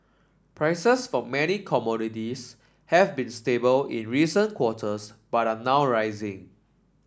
prices for many commodities have been stable in recent quarters but are now rising